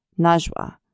Najwa